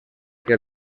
que